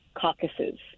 caucuses